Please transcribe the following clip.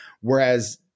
Whereas